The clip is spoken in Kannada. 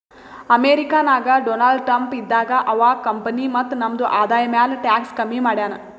ಅಮೆರಿಕಾ ನಾಗ್ ಡೊನಾಲ್ಡ್ ಟ್ರಂಪ್ ಇದ್ದಾಗ ಅವಾ ಕಂಪನಿ ಮತ್ತ ನಮ್ದು ಆದಾಯ ಮ್ಯಾಲ ಟ್ಯಾಕ್ಸ್ ಕಮ್ಮಿ ಮಾಡ್ಯಾನ್